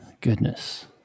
goodness